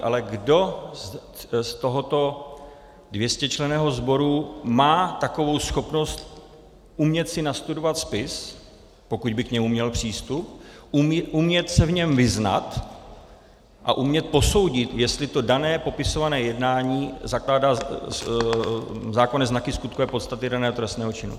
Ale kdo z tohoto 200členného sboru má takovou schopnost umět si nastudovat spis, pokud by k němu měl přístup, umět se v něm vyznat a umět posoudit, jestli to dané popisované jednání zakládá zákonné znaky skutkové podstaty daného trestného činu?